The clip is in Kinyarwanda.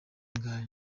ngayo